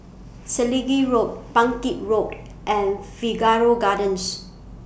Selegie Road Bangkit Road and Figaro Gardens